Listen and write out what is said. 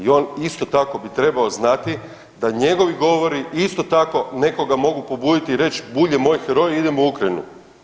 I on isto tako bi trebao znati da njegovi govori isto tako nekoga mogu pobuditi i reći Bulj je moj heroj, idemo u Ukrajinu.